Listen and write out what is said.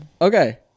Okay